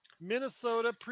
Minnesota